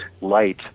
light